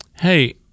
hey